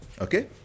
Okay